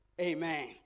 Amen